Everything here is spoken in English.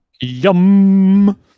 Yum